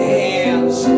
hands